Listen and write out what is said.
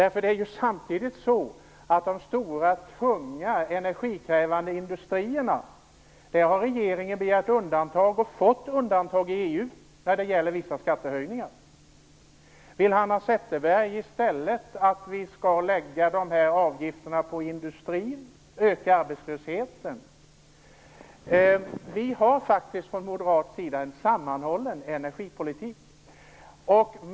Regeringen har samtidigt för de stora tunga energikrävande industrierna begärt undantag och fått undantag i EU när det gäller vissa skattehöjningar. Vill Hanna Zetterberg att vi i stället skall lägga dessa avgifter på industrin och öka arbetslösheten? Vi har faktiskt från moderat sida en sammanhållen energipolitik.